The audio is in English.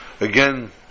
again